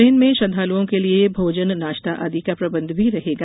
train में श्रद्वालुओं के लिए भोजन नाश्ता आदि का प्रबंध भी रहेगा